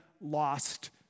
lost